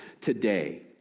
today